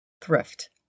Thrift